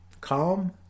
Calm